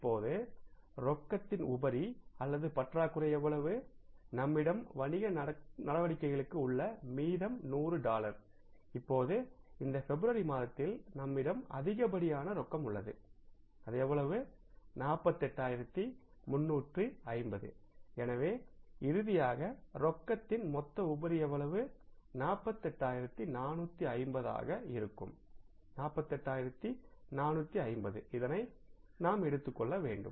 இப்போது ரொக்கத்தின் உபரி அல்லது பற்றாக்குறை எவ்வளவுநம்மிடம் வணிக நடவடிக்கைகளுக்கு உள்ள மீதம் 100 டாலர் இப்போது இந்த பிப்ரவரி மாதத்தில் நம்மிடம் அதிகப்படியான ரொக்கம் உள்ளது அது எவ்வளவு 48350 எனவே இறுதியாக ரொக்கத்தின் மொத்த உபரி எவ்வளவு 48450 ஆக இருக்கும்48450 இதனை நாம் எடுத்துக்கொள்ள வேண்டும்